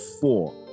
four